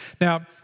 Now